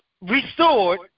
restored